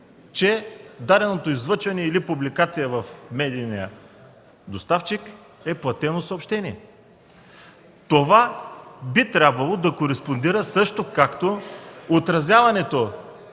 че даденото излъчване или публикация в медийния доставчик е платено съобщение! Това би трябвало да кореспондира също както отразяването